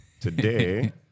today